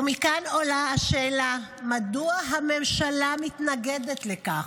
ומכאן עולה השאלה, מדוע הממשלה מתנגדת לכך?